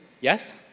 Yes